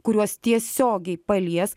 kuriuos tiesiogiai palies